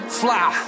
fly